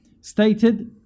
stated